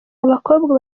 abakobwa